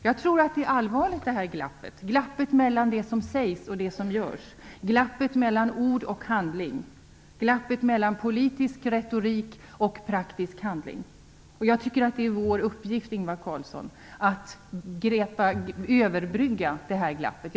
Jag tror att det här glappet är allvarligt; glappet mellan det som sägs och det som görs, glappet mellan ord och handling, glappet mellan politisk retorik och praktisk handling. Jag tycker att det är vår uppgift att överbrygga det här glappet.